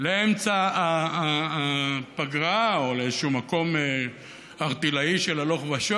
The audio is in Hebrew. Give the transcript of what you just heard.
לאמצע פגרה או לאיזשהו מקום ערטילאי של הלוך ושוב.